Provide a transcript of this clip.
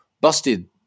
Busted